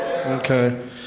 Okay